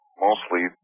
mostly